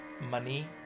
money